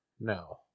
No